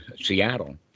Seattle